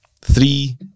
three